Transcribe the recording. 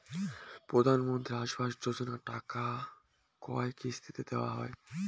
প্রধানমন্ত্রী আবাস যোজনার টাকা কয় কিস্তিতে দেওয়া হয়?